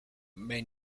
may